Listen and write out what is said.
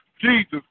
Jesus